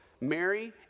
Mary